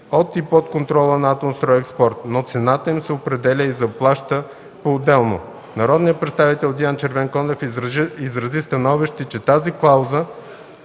от и под контрола на „Атомстройекспорт”, но цената им се определя и заплаща поотделно. Народният представител Диан Червенкондев изрази становище, че с тази клауза